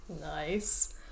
Nice